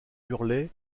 hurlait